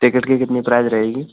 ticket की कितनी prize रहेगी